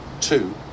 Two